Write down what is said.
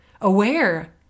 aware